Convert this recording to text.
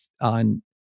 on